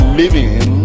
living